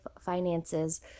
finances